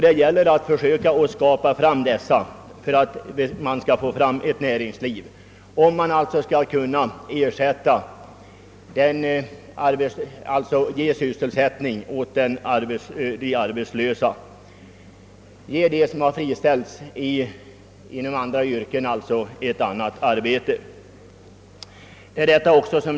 Det gäller då att skapa dessa förutsättningar för ett näringsliv, så att man kan ge dem som friställts inom olika yrken ett annat arbete.